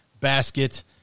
basket